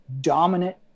dominant